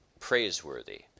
Praiseworthy